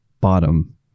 bottom